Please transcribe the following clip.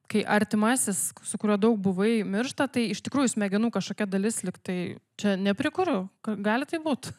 kai artimasis su kuriuo daug buvai miršta tai iš tikrųjų smegenų kažkokia dalis lyg tai čia neprikuriu ka gali taip būt